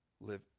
live